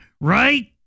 right